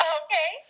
okay